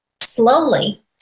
slowly